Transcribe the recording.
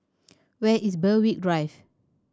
where is Berwick Drive